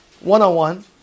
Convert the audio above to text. one-on-one